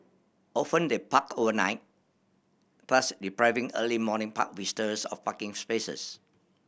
often they park overnight thus depriving early morning park visitors of parking spaces